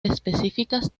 específicas